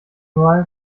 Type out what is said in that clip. mal